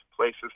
places